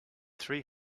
three